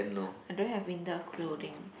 I don't have winter clothing